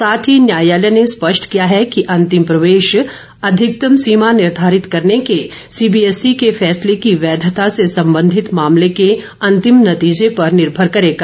साथ ही न्यायालय ने स्पष्ट किया है कि अंतिम प्रवेश अधिकतम सीमा निर्घारित करने के सीबीएसई के फैसले की वैधता से सबंधित मामले के अंतिम नतीजे पर निर्भर करेगा